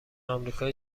آمریکای